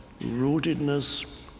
rootedness